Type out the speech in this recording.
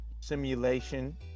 simulation